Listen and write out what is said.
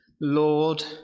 Lord